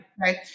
Right